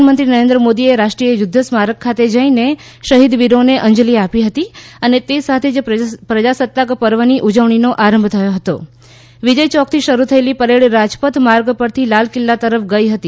પ્રધાનમંત્રી નરેન્દ્ર મોદીએ રાષ્ટ્રીય યુધ્ધ સ્મારક ખાતે જઇને શફીદ વીરોને અંજલી આપી હતી અને તે સાથે જ પ્રજાસત્તાક પર્વની ઉજવણીનો આરંભ થયો હતો વિજય ચોકથી શરૂ થયેલી પરેડ રાજપથ માર્ગ પરથી લાલ કિલ્લા તરફ ગઇ હતી